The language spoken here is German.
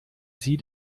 sie